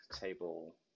table